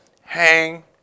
hang